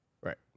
Right